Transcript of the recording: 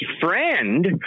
friend